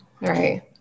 right